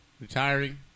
Retiring